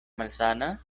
malsana